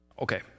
Okay